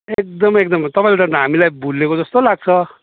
एकदमै एकदमै तपाईँले त हामीलाई भुलिएको जस्तो लाग्छ